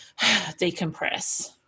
decompress